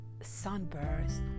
sunburst